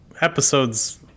episodes